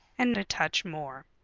and a touch more.